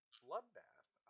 bloodbath